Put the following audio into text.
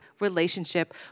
relationship